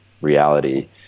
reality